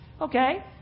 Okay